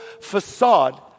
facade